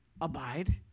Abide